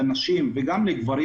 לנשים וגם לגברים,